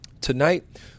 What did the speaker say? tonight